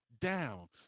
down